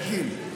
אלקין,